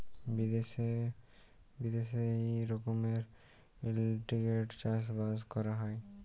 বিদ্যাশে ই রকমের ইলটিগ্রেটেড চাষ বাস ক্যরা হ্যয়